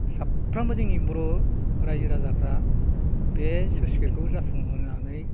साफ्रामबो जोंनि बर' रायजो राजाफ्रा बे स्लुइस गेटखौ जाफुंहोनो